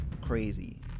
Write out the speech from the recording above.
crazy